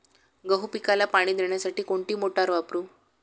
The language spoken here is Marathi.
गहू पिकाला पाणी देण्यासाठी कोणती मोटार वापरू?